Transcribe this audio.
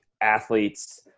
athletes